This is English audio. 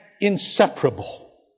inseparable